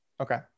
okay